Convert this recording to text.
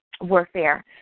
warfare